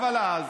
אבל אז